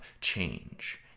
change